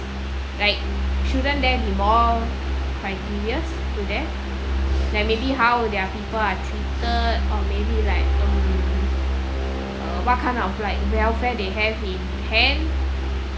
like shouldn't there be more criteria to there like maybe how their people are treated or maybe like um uh what kind of like welfare they have in hand